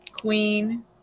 Queen